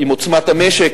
עם עוצמת המשק,